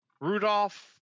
Rudolph